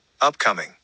upcoming